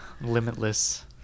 Limitless